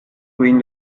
quinn